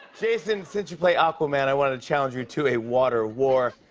jason, since you play aquaman, i wanted to challenge you to a water war.